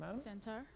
Center